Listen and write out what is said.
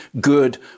good